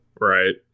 Right